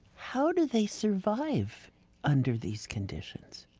how do they survive under these conditions?